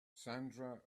sandra